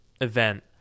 event